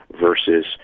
versus